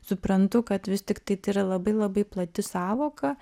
suprantu kad vis tiktai tai yra labai labai plati sąvoka